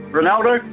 Ronaldo